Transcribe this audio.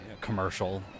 commercial